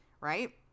right